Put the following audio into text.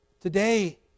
Today